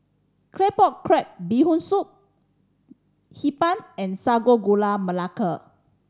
Claypot Crab Bee Hoon Soup Hee Pan and Sago Gula Melaka